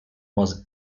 was